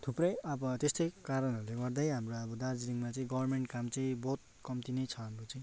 थुप्रै अब त्यस्तै कारणहरूले गर्दै अब हाम्रो दार्जिलिङमा चाहिँ गर्मेन्ट काम चाहिँ बहुत कम्ती नै छ हाम्रो चाहिँ